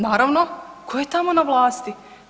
Naravno ko je tamo na vlasti?